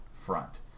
front